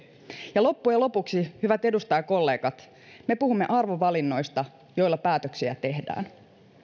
ja loppujen lopuksi hyvät edustajakollegat me puhumme arvovalinnoista joilla päätöksiä tehdään